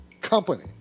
Company